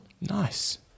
Nice